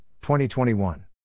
2021